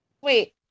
wait